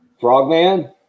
frogman